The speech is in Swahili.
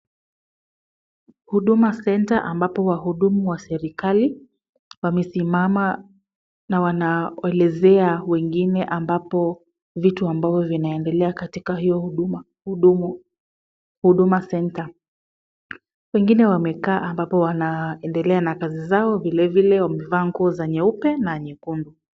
Huduma Centre ambapo wahudumu wa serikali wamesimama na wanaelezea wengine ambapo vitu ambavyo vinaendelea katika hiyo Huduma Centre. Wengine wamekaa ambapo wanaendelea na kazi zao vilevile wamevaa nguo za nyeupe na nyekundu.